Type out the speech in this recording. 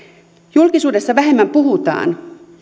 julkisuudessa vähemmän puhutaan